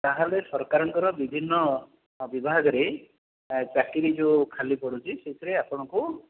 ତା'ହେଲେ ସରକାରଙ୍କର ବିଭିନ୍ନ ବିଭାଗରେ ଚାକିରି ଯେଉଁ ଖାଲି ପଡ଼ୁଛି ସେଥିରେ ଆପଣଙ୍କୁ